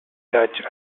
dutch